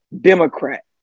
Democrat